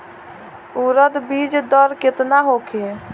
उरद बीज दर केतना होखे?